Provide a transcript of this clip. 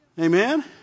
Amen